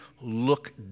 look